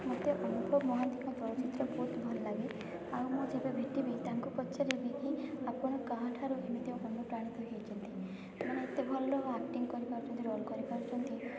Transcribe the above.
ମୋତେ ଅନୁଭବ ମହାନ୍ତିଙ୍କ ଚଳଚ୍ଚିତ୍ର ବହୁତ ଭଲ ଲାଗେ ଆଉ ମୁଁ ଯେବେ ଭେଟିବି ତାଙ୍କୁ ପଚାରିବିକି ଆପଣ କାହା ଠାରୁ କେମିତି ଅନୁପ୍ରାଣିତ ହୋଇଛନ୍ତି କାରଣ ଏତେ ଭଲ ଆକ୍ଟିଙ୍ଗ୍ କରିପାରୁଛନ୍ତି ରୋଲ୍ କରିପାରୁଛନ୍ତି